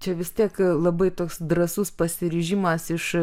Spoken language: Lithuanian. čia vis tiek labai toks drąsus pasiryžimas iš